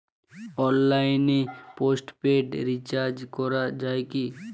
অনলাইনে postpaid recharge করা যায় কি?